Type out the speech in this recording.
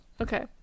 Okay